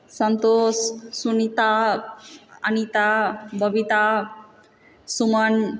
Santosh Sunita Anita Babita Suman